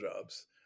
jobs